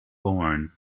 born